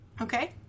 Okay